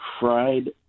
fried